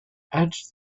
add